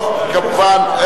טוב, כמובן.